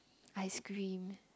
ice cream